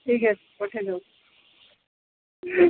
ଠିକ୍ ଅଛି ପଠେଇ ଦେବ